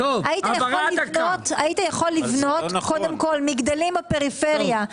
היית יכול לבנות מגדלים בפריפריה,